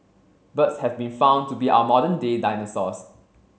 birds have been found to be our modern day dinosaurs